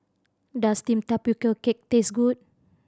does steam tapioca cake taste good